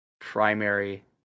primary